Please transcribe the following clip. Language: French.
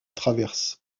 traverse